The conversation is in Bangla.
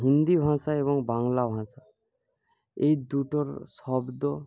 হিন্দি ভাষা এবং বাংলা ভাষা এই দুটোর শব্দ